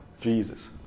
Jesus